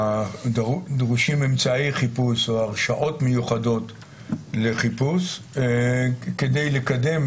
דרושים אמצעי חיפוש או הרשאות מיוחדות לחיפוש כדי לקדם